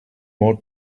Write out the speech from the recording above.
more